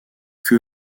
que